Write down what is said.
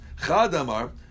Chadamar